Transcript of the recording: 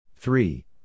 Three